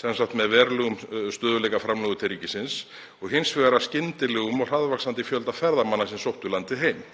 svo sem með verulegum stöðugleikaframlögum til ríkisins, og hins af skyndilegum og hraðvaxandi fjölda ferðamanna sem sóttu landið heim.“